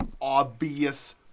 obvious